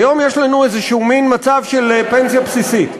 היום יש לנו איזה מין מצב של פנסיה בסיסית.